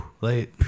late